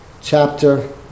chapter